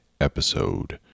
episode